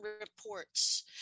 reports